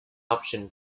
option